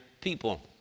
people